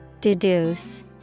Deduce